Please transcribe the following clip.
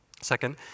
Second